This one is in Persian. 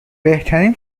بهترین